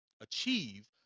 achieve